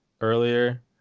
earlier